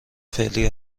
فعلی